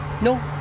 No